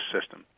system